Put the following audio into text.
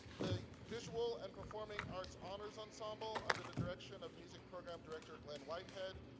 the visual and performing arts honors ensemble under the direction of music program director glen whitehead,